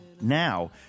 now